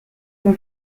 for